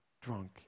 drunk